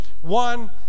one